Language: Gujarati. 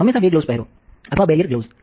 હંમેશાં બે ગ્લોવ્સ પહેરો અથવા બેરિયર ગ્લોવ્સ